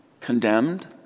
condemned